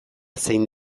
zein